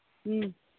ꯎꯝ